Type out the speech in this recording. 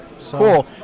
Cool